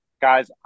guys